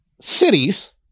cities